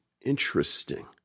Interesting